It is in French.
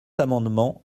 amendement